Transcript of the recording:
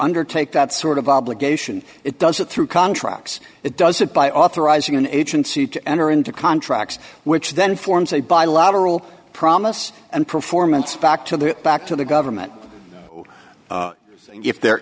undertake that sort of obligation it does it through contracts it does it by authorizing an agency to enter into contracts which then forms a bilateral promise and performance back to the back to the government and if there